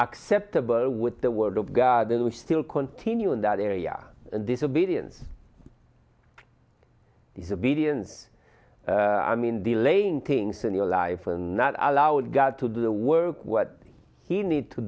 acceptable with the word of god and we still continue in that area and disobedience disobedience i mean delaying things in your life and not allow god to do the work what he need to